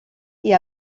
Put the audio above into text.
est